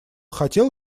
хотел